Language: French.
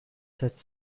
sept